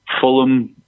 Fulham